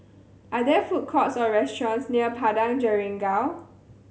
are there food courts or restaurants near Padang Jeringau